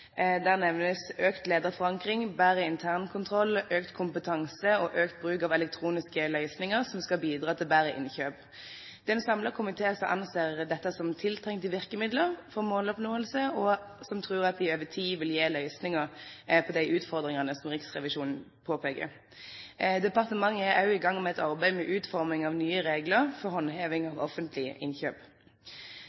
Der nevnes økt lederforankring, bedre internkontroll, økt kompetanse og økt bruk av elektroniske løsninger som skal bidra til bedre innkjøp. Det er en samlet komité som anser dette som tiltrengte virkemidler for måloppnåelse, og som tror at det over tid vil gi løsninger på de utfordringene som Riksrevisjonen påpeker. Departementet er også i gang med et arbeid med utforming av nye regler for håndheving